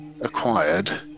acquired